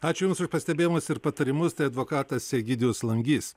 ačiū jums už pastebėjimus ir patarimus tai advokatas egidijus langys